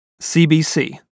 CBC